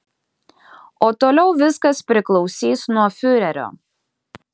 o toliau viskas priklausys nuo fiurerio